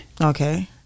Okay